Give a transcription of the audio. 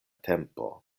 tempo